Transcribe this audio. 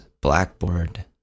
Blackboard